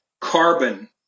carbon